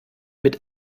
mit